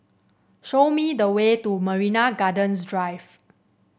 show me the way to Marina Gardens Drive